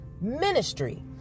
ministry